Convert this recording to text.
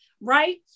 right